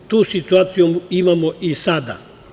Tu situaciju imamo i sada.